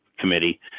Committee